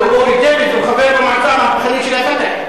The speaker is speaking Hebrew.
אורי דייוויס הוא חבר המועצה המהפכנית של ה"פתח".